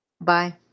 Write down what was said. Bye